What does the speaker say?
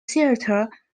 theater